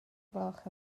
gloch